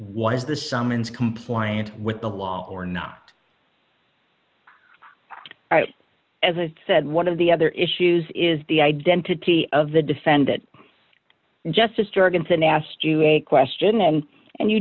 was the summons compliance with the law or not as a said one of the other issues is the identity of the defend that justice jorgensen asked you a question and and you